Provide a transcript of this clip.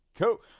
Cool